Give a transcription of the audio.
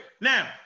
Now